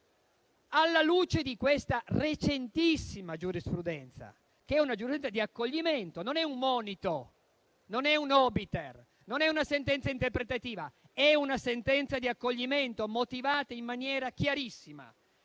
Alla luce di questa recentissima giurisprudenza, che non è un monito, non è un *obiter*, non è una sentenza interpretativa, ma è una sentenza di accoglimento motivata in maniera chiarissima,